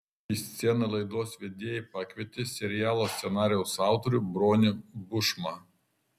į sceną laidos vedėjai pakvietė serialo scenarijaus autorių bronių bušmą